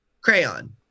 Crayon